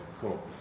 cool